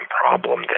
problem